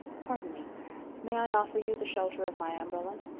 pardon me may i offer you the shelter of my umbrella?